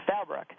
fabric